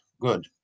Good